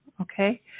okay